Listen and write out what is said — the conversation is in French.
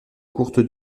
courte